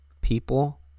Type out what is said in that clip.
people